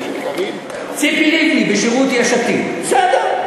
ציפי לבני בשירות יש עתיד, בסדר.